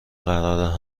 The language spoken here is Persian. قرار